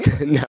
No